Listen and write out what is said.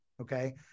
Okay